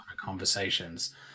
conversations